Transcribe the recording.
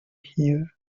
here